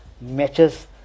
matches